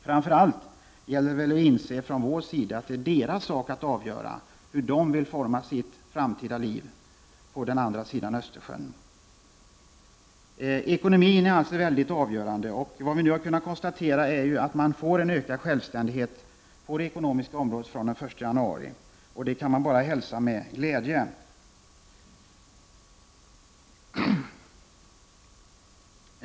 Framför allt gäller det för oss att inse att det är balternas sak att avgöra hur de vill forma sitt framtida liv på den andra sidan Östersjön. Ekonomin är alltså någonting mycket avgörande. Vad vi kunnat konstatera är att man från den 1 januari får en ökad självständighet på det ekonomiska området, och det kan bara hälsas med glädje.